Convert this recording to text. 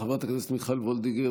חברת הכנסת מיכל וולדיגר,